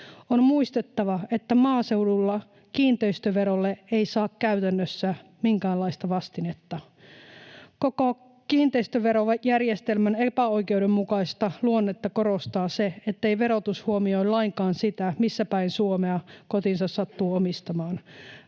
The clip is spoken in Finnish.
On muistettava, että maaseudulla kiinteistöverolle ei saa käytännössä minkäänlaista vastinetta. Koko kiinteistöverojärjestelmän epäoikeudenmukaista luonnetta korostaa se, ettei verotus huomioi lainkaan sitä, missä päin Suomea kotinsa sattuu omistamaan.